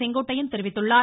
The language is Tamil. செங்கோட்டையன் தெரிவித்துள்ளார்